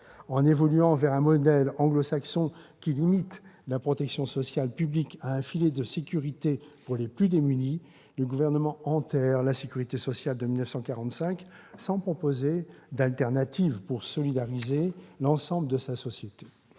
En évoluant vers un modèle anglo-saxon qui limite la protection sociale publique à un filet de sécurité pour les plus démunis, le Gouvernement enterre la sécurité sociale de 1945 sans proposer d'alternative pour solidariser l'ensemble de la société.